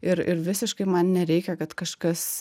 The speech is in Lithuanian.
ir ir visiškai man nereikia kad kažkas